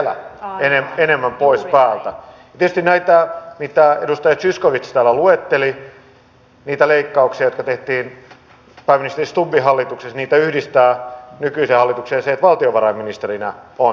ja tietysti näitä mitä edustaja zyskowicz täällä luetteli niitä leikkauksia jotka tehtiin pääministeri stubbin hallituksessa yhdistää nykyiseen hallitukseen se että valtiovarainministerinä on stubb